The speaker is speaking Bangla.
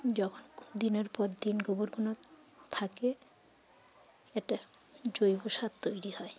যখন দিনের পর দিন গোবরগুলো থাকে একটা জৈব সার তৈরি হয়